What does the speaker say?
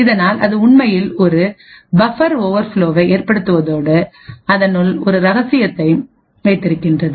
இதனால் அது உண்மையில் ஒரு பபர் ஓவர்ஃப்லோவைஏற்படுத்துவதோடு அதனுள் ஒரு ரகசியத்தை வைக்கின்றது